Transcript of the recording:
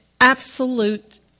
absolute